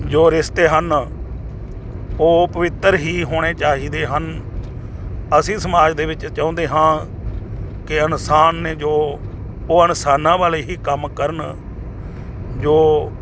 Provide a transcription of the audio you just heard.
ਜੋ ਰਿਸ਼ਤੇ ਹਨ ਉਹ ਪਵਿੱਤਰ ਹੀ ਹੋਣੇ ਚਾਹੀਦੇ ਹਨ ਅਸੀਂ ਸਮਾਜ ਦੇ ਵਿੱਚ ਚਾਹੁੰਦੇ ਹਾਂ ਕਿ ਇਨਸਾਨ ਨੇ ਜੋ ਉਹ ਇਨਸਾਨਾਂ ਵਾਲੇ ਹੀ ਕੰਮ ਕਰਨ ਜੋ